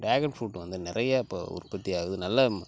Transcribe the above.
dragon fruit வந்து நிறையா இப்போ உற்பத்தி ஆகுது நல்லா